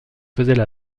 faisaient